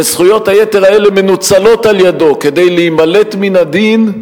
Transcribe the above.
וזכויות היתר האלה מנוצלות על-ידו כדי להימלט מן הדין,